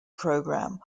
program